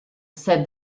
said